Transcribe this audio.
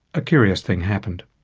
a curious thing happened.